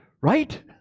Right